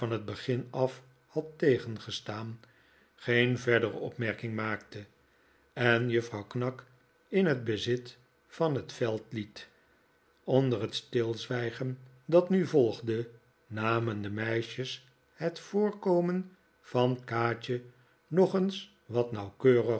van het begin af had tegengestaan geen verdere opmerking maakte en juffrouw knag in het bezit van het veld liet onder het stilzwijgen dat nu volgde namen de meisjes het voorkomen van kaatje nog eens wat nauwkeuriger